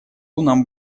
нам